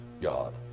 God